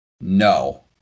No